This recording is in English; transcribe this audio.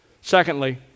Secondly